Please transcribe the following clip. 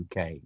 UK